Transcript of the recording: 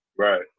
Right